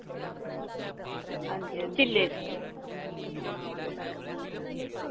तिल्ले दी